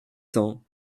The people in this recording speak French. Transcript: cents